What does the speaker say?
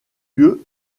lieu